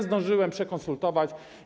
Zdążyłem to przekonsultować.